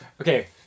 Okay